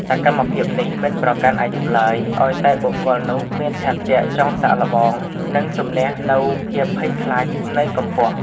សកម្មភាពនេះមិនប្រកាន់អាយុឡើយ ឱ្យតែបុគ្គលនោះមានឆន្ទៈចង់សាកល្បង និងជម្នះនូវភាពភ័យខ្លាចនៃកម្ពស់។